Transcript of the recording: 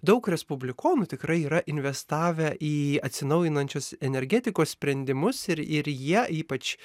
daug respublikonų tikrai yra investavę į atsinaujinančios energetikos sprendimus ir ir jie ypač